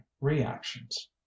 reactions